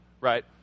right